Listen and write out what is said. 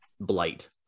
blight